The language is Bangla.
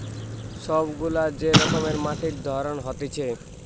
সব গুলা যে রকমের মাটির ধরন হতিছে